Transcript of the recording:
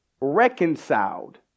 reconciled